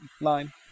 line